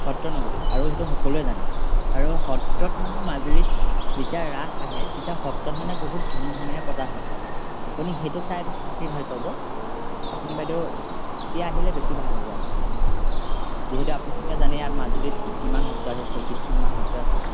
সত্ৰ নগৰী আৰু সেইটো সকলোৱে জানে আৰু সত্ৰত মানে মাজুলীত যেতিয়া ৰাস আহে তেতিয়া সত্ৰত মানে বহুত ধুমধামেৰে পতা হয় আপুনি সেইটো চাই পেলাই বেছি ভাল পাব আপুনি বাইদেউ তেতিয়া আহিলে বেছি ভাল হ'ব মানে আপুনি যিহেতু আপোনালোকে জানেই ইয়াত মাজুলীত কিমান সত্ৰ আছে ছয়ত্ৰিছখনমান সত্ৰ আছে